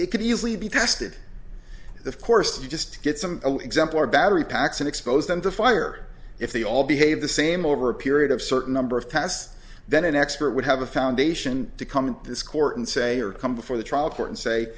it could easily be tested of course if you just get some exemplar battery packs and expose them to fire if they all behave the same over a period of certain number of tests then an expert would have a foundation to come in this court and say or come before the trial court and say